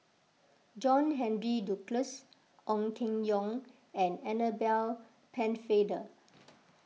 John Henry Duclos Ong Keng Yong and Annabel Pennefather